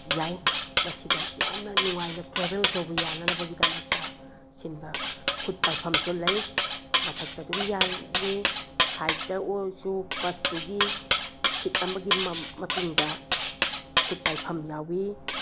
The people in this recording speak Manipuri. ꯌꯥꯏ ꯃꯁꯤꯗ ꯌꯥꯝꯅ ꯅꯨꯡꯉꯥꯏꯅ ꯇ꯭ꯔꯦꯕꯦꯜ ꯇꯧꯕ ꯌꯥꯅꯅꯕꯒꯤꯗꯃꯛꯇ ꯁꯤꯟꯕ ꯈꯨꯠ ꯄꯥꯏꯐꯝꯁꯨ ꯂꯩ ꯃꯊꯛꯇ ꯑꯗꯨꯝ ꯌꯥꯜꯂꯤ ꯁꯥꯏꯗꯇ ꯑꯣꯏꯔꯁꯨ ꯕꯁꯇꯨꯒꯤ ꯁꯤꯠ ꯑꯃꯒꯤ ꯃꯇꯨꯡꯗ ꯈꯨꯠ ꯄꯥꯏꯐꯝ ꯌꯥꯎꯏ